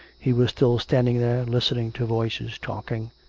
he was still standing there, listening to voices talking,